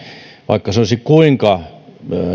vaikka se olisi kuinka